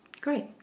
Great